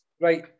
Right